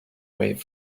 wave